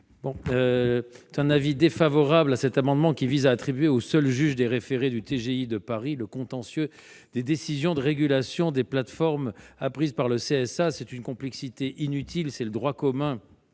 émet un avis défavorable sur cet amendement, qui vise à attribuer au seul juge des référés du tribunal de grande instance de Paris le contentieux des décisions de régulation des plateformes prises par le CSA. C'est une complexité inutile. Le droit commun